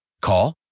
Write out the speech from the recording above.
Call